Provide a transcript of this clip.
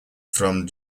from